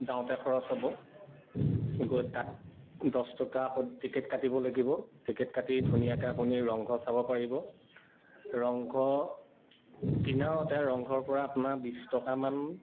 যাওঁতে খৰচ হ'ব গৈ তাত দছ টকা আকৌ টিকেট কাটিব লাগিব টিকেট কাটি ধুনীয়াকৈ আপুনি ৰংঘৰ চাব পাৰিব ৰংঘৰ কিনাৰতে ৰংঘৰ পৰা আপোনাৰ বিছ টকামান